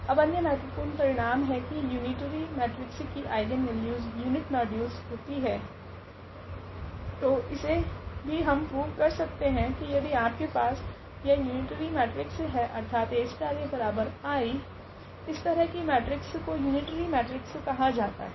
अब अन्य महत्वपूर्ण परिणाम है की यूनिटरी मेट्रिक्स की आइगनवेल्यूस यूनिट मॉड्यूलस होती है तो इसे भी हम प्रूव कर सकते है की यदि आपके पास यह यूनिटरी मेट्रिक्स है अर्थात AAI इस तरह की मेट्रिक्स को यूनिटरी मेट्रिक्स कहा जाता है